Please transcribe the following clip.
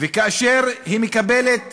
וכאשר היא מקבלת